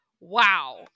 wow